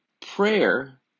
Prayer